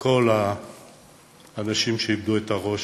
כל האנשים שאיבדו את הראש